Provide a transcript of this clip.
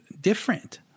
different